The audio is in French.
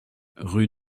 rue